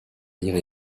lire